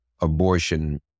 abortion